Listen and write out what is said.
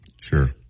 Sure